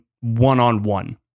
one-on-one